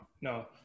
no